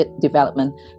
development